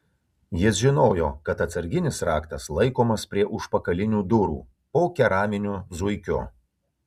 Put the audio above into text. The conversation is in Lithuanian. jis žinojo kad atsarginis raktas laikomas prie užpakalinių durų po keraminiu zuikiu